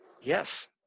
yes